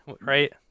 right